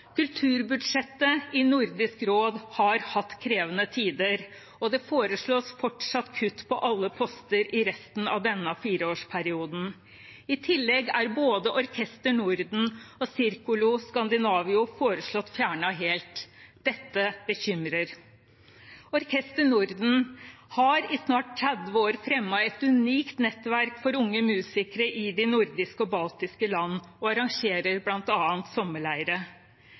Kulturbudsjettet i Nordisk råd har hatt krevende tider, og det foreslås fortsatt kutt på alle poster i resten av denne fireårsperioden. I tillegg er både Orkester Norden og Circolo Scandinavio foreslått fjernet helt. Dette bekymrer. Orkester Norden har i snart 30 år fremmet et unikt nettverk for unge musikere i de nordiske og baltiske land, og arrangerer